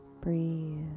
Breathe